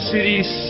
Cities